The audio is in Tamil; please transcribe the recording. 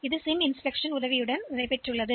எனவே இந்த சிம் இந்த சிந்தனைக்கு வரும்